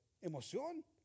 emoción